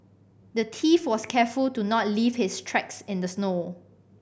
the thief was careful to not leave his tracks in the snow